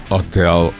Hotel